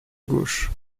gauche